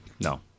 No